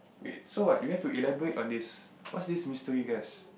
wait so what you have to elaborate on this what's this mystery guess